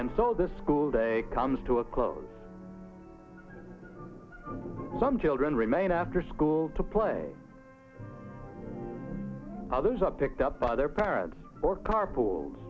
and so this school day comes to a close some children remain after school to play others are picked up by their parents or carpool